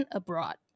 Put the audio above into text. abroad